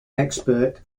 expert